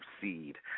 seed